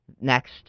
Next